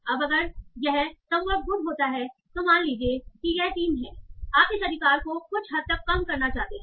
अब अगर यह सम व्हाट गुड होता है तो मान लीजिए कि यह 3 है आप इस अधिकार को कुछ हद तक कम करना चाहते हैं